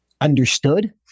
understood